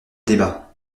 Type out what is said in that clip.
débat